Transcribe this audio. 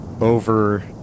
over